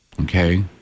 okay